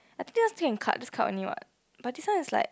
i think i still can cut cut only what but this one is like